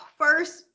first